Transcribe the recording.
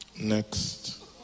Next